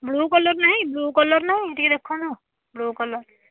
blue colour ନାହିଁ blue colour ନାହିଁ ଟିକିଏ ଦେଖାନ୍ତୁ ବ୍ଲୁ କଲର୍